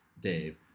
Dave